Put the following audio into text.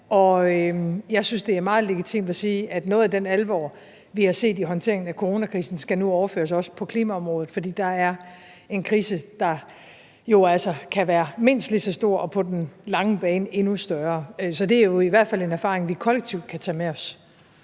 jeg synes, det er meget legitimt at sige, at noget af den alvor, vi har set i håndteringen af coronakrisen, nu også skal overføres til klimaområdet, fordi der dér er en krise, der altså kan være mindst lige så stor og på den lange bane endnu større. Så det er jo i hvert fald en erfaring, vi kollektivt kan tage med os.